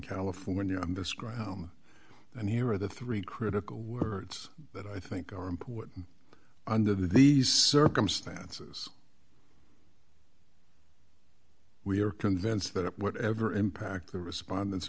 california on this ground and here are the three critical words that i think are important under these circumstances we are convinced that whatever impact the respondents